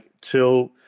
till